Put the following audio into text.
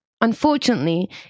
Unfortunately